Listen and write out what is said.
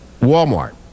Walmart